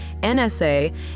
NSA